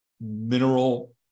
mineral